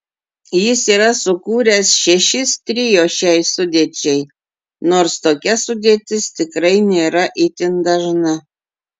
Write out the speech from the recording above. jis yra sukūręs šešis trio šiai sudėčiai nors tokia sudėtis tikrai nėra itin dažna